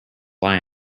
lie